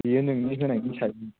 बियो नोंनि होनायनि सायाव